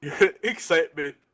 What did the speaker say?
Excitement